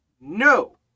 no